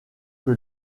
que